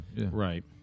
Right